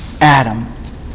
Adam